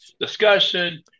discussion